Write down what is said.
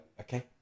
Okay